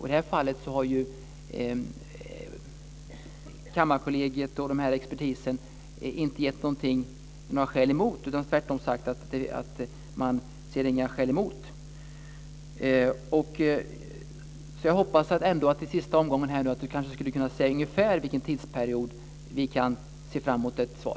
I det här fallet har Kammarkollegiet och expertisen inte angett några skäl emot utan tvärtom sagt att man inte ser några skäl emot. Jag hoppas att statsrådet i sitt sista inlägg nu ska kunna säga ungefär under vilken tidsperiod som vi kan se fram mot ett svar.